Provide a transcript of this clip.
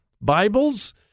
Bibles